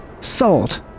salt